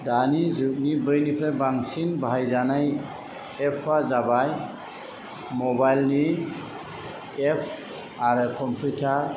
दानि जुगनि बयनिख्रुय बांसिन बाहायजानाय एप आ जाबाय मबाइल नि एप आरो कम्पिउटार